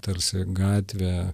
tarsi gatvė